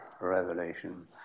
revelation